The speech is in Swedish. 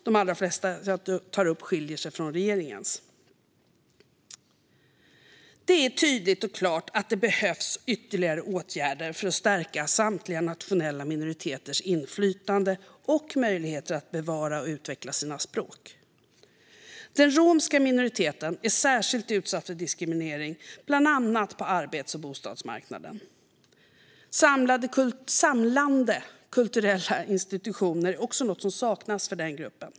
De flesta som jag tar upp skiljer sig från regeringens. Det är tydligt och klart att det behövs ytterligare åtgärder för att stärka samtliga nationella minoriteters inflytande och möjligheter att bevara och utveckla sina språk. Den romska minoriteten är särskilt utsatt för diskriminering, bland annat på arbets och bostadsmarknaden. Samlande kulturella institutioner är också något som saknas för gruppen.